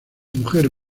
mujer